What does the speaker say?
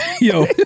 Yo